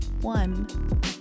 one